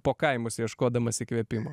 po kaimus ieškodamas įkvėpimo